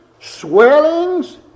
swellings